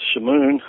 Shamoon